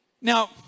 Now